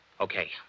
Okay